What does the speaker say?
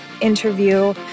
interview